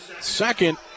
Second